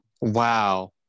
Wow